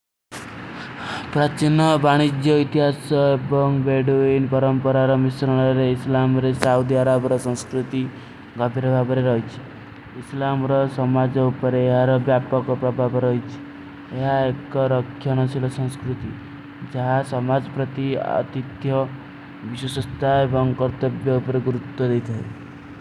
ପ୍ରାଚିନ୍ନା ବାନିଜ୍ଜିଯୋ ଇତ୍ଯାସ ଏବଂଗ ବେଡୂଇନ ବରଂପରାର ମିଶ୍ରନନର ରେ ଇସ୍ଲାମ ରେ ସାଉଧିଯାରାବର ସଂସ୍କୃତି ଗଫରଭାବର ହୈ। ଇସ୍ଲାମ ରେ ସମାଜ ଉପରେ ଯହର ବ୍ଯାପକ ପ୍ରଭାବର ହୈ। ଯହାଁ ଏକ ରଖ୍ଯାନ ଅସିଲ ସଂସ୍କୃତି ଜହାଂ ସମାଜ ପରତୀ ଆତିତ୍ଯୋଂ ଵିଶୁସସ୍ତା ଏବଂଗ କରତେ ବ୍ଯାପର ଗୁରୁତ୍ତ ଦେତେ ହୈଂ।